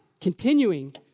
continuing